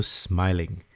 smiling